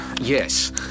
yes